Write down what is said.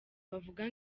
bavuga